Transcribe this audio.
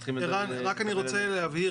ערן, רק אני רוצה להבהיר.